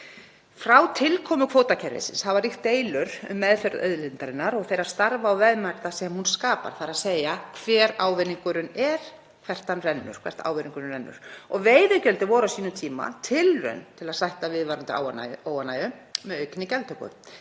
Frá tilkomu kvótakerfisins hafa ríkt deilur um meðferð auðlindarinnar og þeirra starfa og verðmæta sem hún skapar, þ.e. hver ávinningurinn er og hvert hann rennur. Veiðigjöldin voru á sínum tíma tilraun til að draga úr viðvarandi óánægju með aukinni gjaldtöku